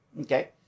okay